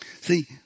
See